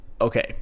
okay